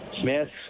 Smith